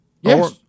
Yes